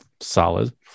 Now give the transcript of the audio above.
solid